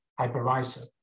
hypervisor